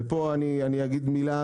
ופה אגיד מילה,